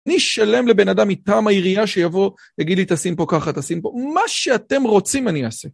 אני אשלם לבן אדם מטעם העירייה שיבוא ויגיד לי תשים פה ככה, תשים פה, מה שאתם רוצים אני אעשה.